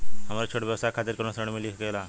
हमरे छोट व्यवसाय खातिर कौनो ऋण मिल सकेला?